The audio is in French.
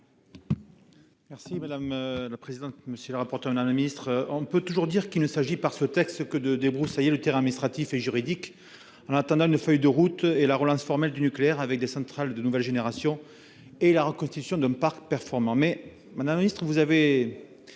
madame la ministre, messieurs les rapporteurs, on peut toujours dire qu'il ne s'agit, avec ce texte, que de débroussailler le terrain administratif et juridique en attendant une feuille de route et la relance formelle du nucléaire, avec des centrales de nouvelle génération et la reconstitution d'un parc performant. Toutefois, madame la ministre, à ce